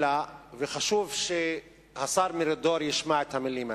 אלא, וחשוב שהשר מרידור ישמע את המלים האלה,